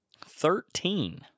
Thirteen